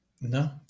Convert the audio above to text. no